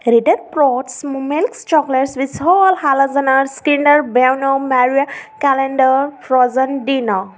रीडेट् sports milks chocolates with whole hazelnuts Kinder Bueno Merci calendar frozen Dino